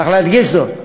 צריך להדגיש זאת.